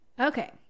Okay